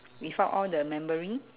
without all the memory